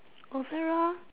overall